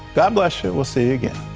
god bless you. we'll see you again.